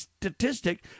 statistic